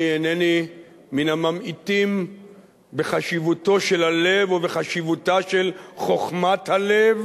אני אינני מן הממעיטים בחשיבותו של הלב ובחשיבותה של חוכמת הלב,